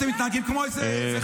אתם מתנהגים כמו איזה מדינה נפרדת.